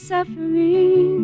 Suffering